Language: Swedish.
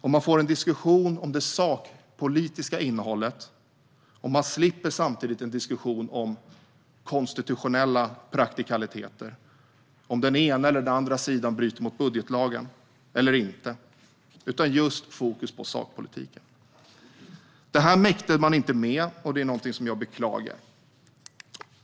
Man får en diskussion om det sakpolitiska innehållet och slipper samtidigt en diskussion om konstitutionella praktikaliteter, såsom om den ena eller andra sidan bryter mot budgetlagen eller inte. Fokus hamnar just på sakpolitiken. Detta mäktade man inte med, och det är någonting jag beklagar.